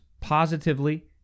positively